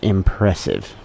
Impressive